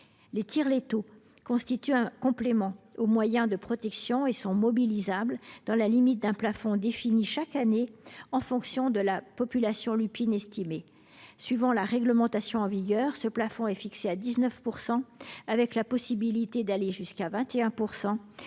Les tirs létaux constituent un complément aux moyens de protection. Ils sont mobilisables dans la limite d’un plafond défini chaque année en fonction de la population lupine estimée. Selon la réglementation en vigueur, ce plafond est fixé à 19 %. Il est toutefois possible d’aller jusqu’à 21